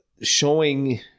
showing